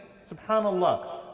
Subhanallah